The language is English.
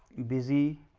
busy